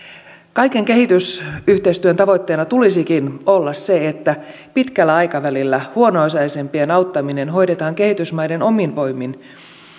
kaiken kehitysyhteistyön tavoitteena tulisikin olla se että pitkällä aikavälillä huono osaisempien auttaminen hoidetaan kehitysmaiden omin voimin